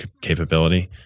capability